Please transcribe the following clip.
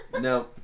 No